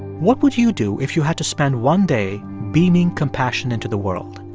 what would you do if you had to spend one day beaming compassion into the world?